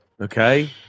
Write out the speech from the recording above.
okay